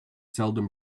seldom